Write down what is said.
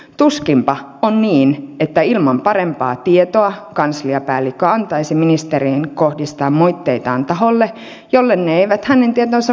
tuskinpa on niin että ilman parempaa tietoa kansliapäällikkö antaisi ministerin kohdistaa moitteitaan taholle jolle ne eivät hänen tietojensa mukaan kuulu